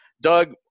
Doug